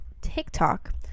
TikTok